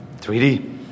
3D